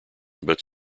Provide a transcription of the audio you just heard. but